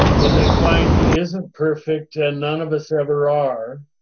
when they find he isn't perfect, and none of us ever are,